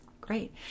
great